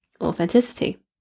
authenticity